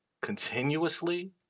continuously